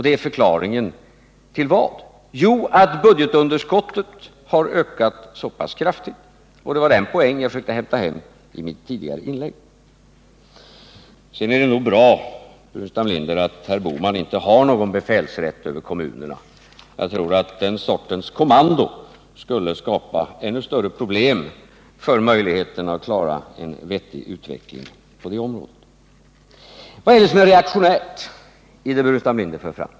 Det är förklaringen —till vad? Jo, till att budgetunderskottet har ökat så pass kraftigt. Det var just den poängen jag försökte hämta hem i mitt tidigare inlägg. Sedan är det nog bra att herr Bohman inte har någon befälsrätt över kommunerna. Jag tror att den sortens kommando skulle skapa ännu större problem för möjligheterna till en vettig utveckling på det området. Vad är det som är reaktionärt i det som Staffan Burenstam Linder för fram?